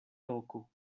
loko